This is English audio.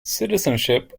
citizenship